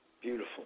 Beautiful